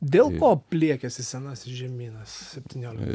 dėl ko pliekiasi senasis žemynas septynioliktam